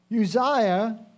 Uzziah